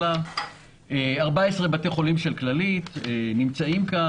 14 בתי חולים של כללית נמצאים כאן,